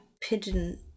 pigeon